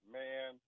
man